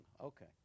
Okay